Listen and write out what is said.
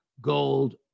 gold